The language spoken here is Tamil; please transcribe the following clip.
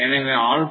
எனவே ஆல்ஃபா ஆனது